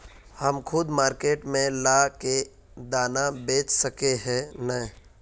हम खुद मार्केट में ला के दाना बेच सके है नय?